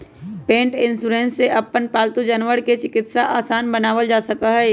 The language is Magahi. पेट इन्शुरन्स से अपन पालतू जानवर के चिकित्सा आसान बनावल जा सका हई